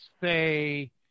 say